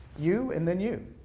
you and then you.